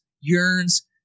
yearns